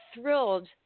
thrilled